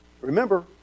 Remember